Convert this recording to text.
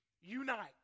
unite